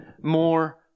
more